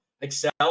Excel